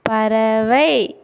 பறவை